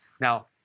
Now